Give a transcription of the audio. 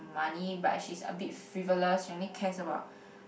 money but she's a bit frivolous she only cares about